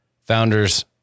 Founders